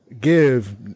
give